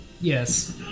Yes